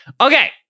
Okay